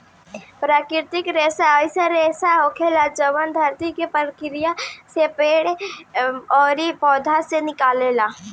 प्राकृतिक रेसा अईसन रेसा होखेला जवन धरती के प्रक्रिया से पेड़ ओरी पौधा से निकलेला